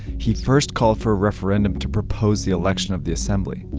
he first called for a referendum to propose the election of the assembly.